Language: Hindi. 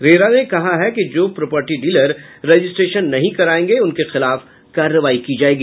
रेरा ने कहा है कि जो प्रोपर्टी डीलर रजिस्ट्रेशन नहीं करायेंगे उनके खिलाफ कार्रवाई की जायेगी